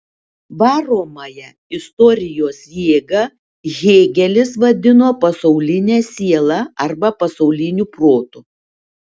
varomąją istorijos jėgą hėgelis vadino pasauline siela arba pasauliniu protu